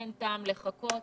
אין טעם לחכות.